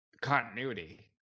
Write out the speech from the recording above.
continuity